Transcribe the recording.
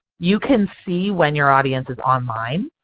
you can see when your audience is online.